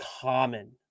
common